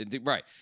right